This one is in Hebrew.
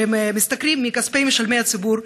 שמשתכרים מכספי משלמי הציבור,